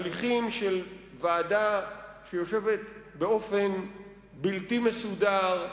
הליכים של ועדה שיושבת באופן בלתי מסודר,